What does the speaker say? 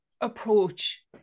approach